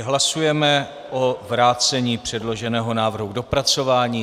Hlasujeme o vrácení předloženého návrhu k dopracování.